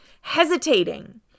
hesitating